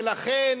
ולכן,